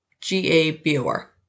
G-A-B-O-R